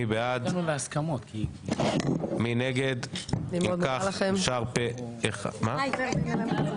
מי בעד, מי נגד, מי נמנע?